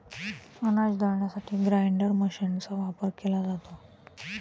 अनाज दळण्यासाठी ग्राइंडर मशीनचा वापर केला जातो